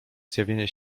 zjawienie